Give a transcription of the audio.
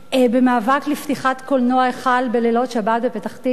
במאבק לפתיחת קולנוע "היכל" בלילות שבת בפתח-תקווה.